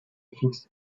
fixe